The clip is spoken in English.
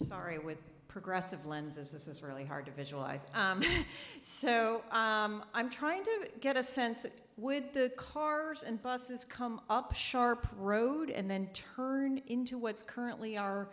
sorry with progressive lenses this is really hard to visualize so i'm trying to get a sense that with the cars and buses come up sharp road and then turn into what's currently are